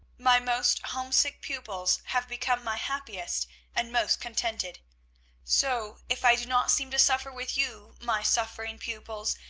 my most homesick pupils have become my happiest and most contented so, if i do not seem to suffer with you, my suffering pupils,